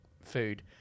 food